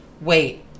wait